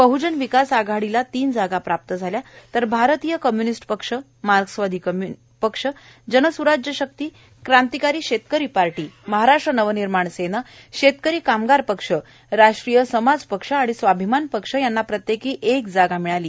बहजन विकास आघाडीला तीन जागा प्राप्त झाल्या तर भारतीय कम्य्निस्ट पक्ष माक्रसवादी पक्ष जनस्राज्य षक्तीए क्रांतीकारी शेतकरी पार्टी महाराष्ट्र नवनिर्माण सेना शेतकरी कामगार पक्ष राष्ट्रीय समाज पक्ष आणि स्वाभिमान पक्ष यांना प्रत्येकी एक जागा प्राप्त झाली